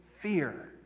fear